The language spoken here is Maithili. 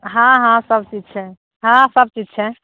हँ हँ सब चीज छै हँ सब चीज छै